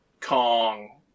Kong